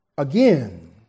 Again